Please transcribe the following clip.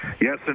Yes